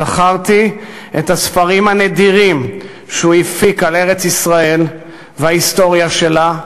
זכרתי את הספרים הנדירים שהוא הפיק על ארץ-ישראל וההיסטוריה שלה,